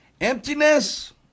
Emptiness